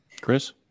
Chris